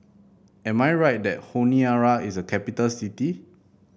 am I right that Honiara is a capital city